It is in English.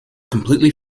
completely